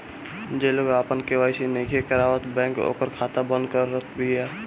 जे लोग आपन के.वाई.सी नइखे करावत बैंक ओकर खाता बंद करत बिया